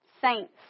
Saints